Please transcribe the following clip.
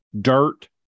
Dirt